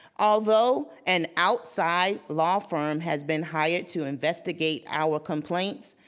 although an outside law firm has been hired to investigate our complaints,